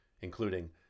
including